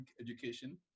education